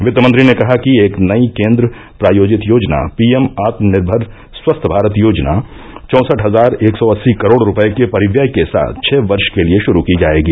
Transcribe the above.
वित्मंत्री ने कहा कि एक नई केन्द्र प्रायोजित योजना पीएम आत्मनिर्मर स्वस्थ भारत योजना चौंसठ हजार एक सौ अस्सी करोड़ रूपए के परिव्यय के साथ छ वर्ष के लिए शुरू की जाएगी